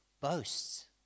boasts